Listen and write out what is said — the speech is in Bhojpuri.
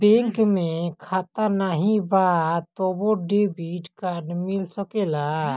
बैंक में खाता नाही बा तबो क्रेडिट कार्ड मिल सकेला?